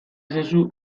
ezazu